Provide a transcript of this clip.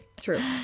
True